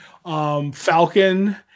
Falcon